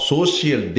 Social